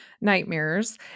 nightmares